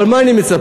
אבל מה אני מצפה?